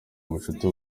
ubucuti